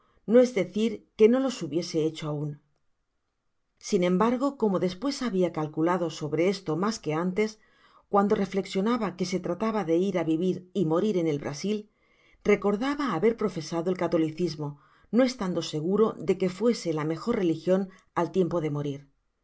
no es decir que no los hubiese hecho aun sin embargo como despues habia calculado sobre esto mas que antes cuando reflexionaba que se trataba de ir á vivir y morir en el brasil reeordaba haber profesado el catolicismo no estando seguro de que fuese la mejor religion al tiempi de morir